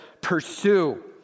pursue